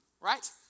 Right